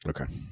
okay